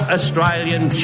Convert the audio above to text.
Australian